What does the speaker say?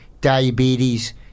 diabetes